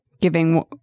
giving